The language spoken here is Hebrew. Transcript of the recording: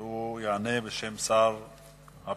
והוא יענה בשם שר הפנים.